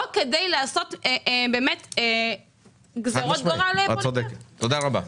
לא כדי לעשות גזרות --- תודה רבה.